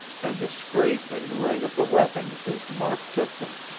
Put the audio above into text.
and the scrape and ring of the weapons as mark took them.